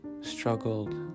struggled